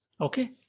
Okay